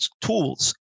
tools